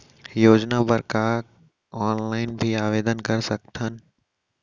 योजना बर का ऑनलाइन भी आवेदन कर सकथन?